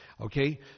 Okay